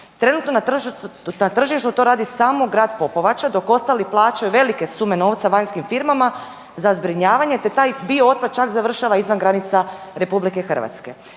Trenutno na tržištu to radi samo Grad Popovača, dok ostali plaćaju velike sume novca vanjskim firmama za zbrinjavanje te taj biootpad čak završava izvan granica Republike Hrvatske.